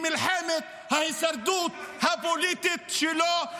היא מלחמת ההישרדות הפוליטית שלו.